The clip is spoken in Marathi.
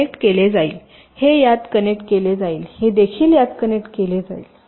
हे यात कनेक्ट केले जाईल हे देखील यात कनेक्ट केले जाईल